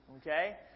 Okay